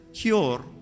cure